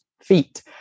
feet